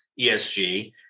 ESG